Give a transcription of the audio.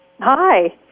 Hi